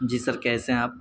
جی sir کیسے ہیں آپ